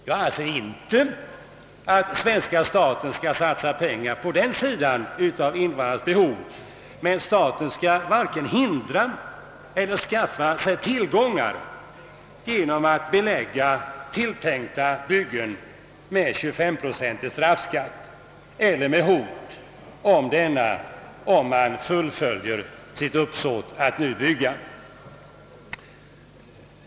Jag anser inte att staten skall satsa pengar på den sidan av invandrarnas behov, men staten skall varken hindra byggen av ifrågavarande slag eller skaffa sig tillgångar genom att belägga tilltänkta byggen med en 25-pro centig straffskatt. Inte heller skall staten uttala något hot härvidlag, om vederbörande fullföljer sitt uppsåt att bygga.